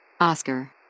Oscar